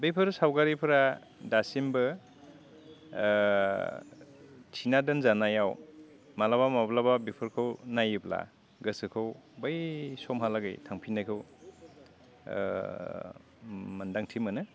बेफोर सावगारिफोरा दासिमबो थिना दोनजानायाव मालाबा माब्लाबा बेफोरखौ नायोब्ला गोसोखौ बै समहालागै थांफिननायखौ मोन्दांथि मोनो